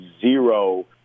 zero